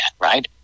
right